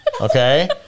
Okay